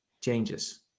changes